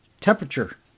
temperature